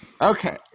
Okay